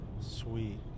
Sweet